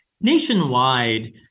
Nationwide